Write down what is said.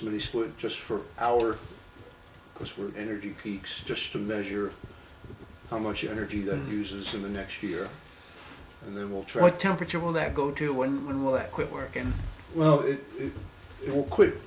would just for our because we're energy peaks just to measure how much energy that uses in the next year and then we'll try to temperature will that go to when will that quit working well it will quit